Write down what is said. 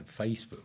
Facebook